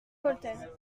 polten